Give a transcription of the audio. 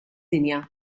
dinja